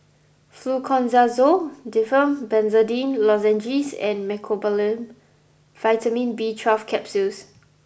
Fluconazole Difflam Benzydamine Lozenges and Mecobalamin Vitamin B twelve Capsules